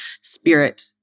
spirit